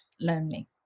lonely